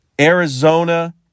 Arizona